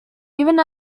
even